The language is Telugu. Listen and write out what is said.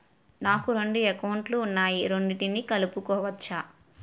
నాకు రెండు అకౌంట్ లు ఉన్నాయి రెండిటినీ కలుపుకోవచ్చా?